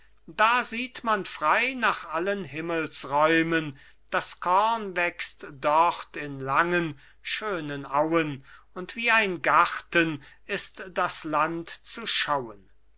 da sieht man frei nach allen himmelsräumen das korn wächst dort in langen schönen auen und wie ein garten ist das land zu schauen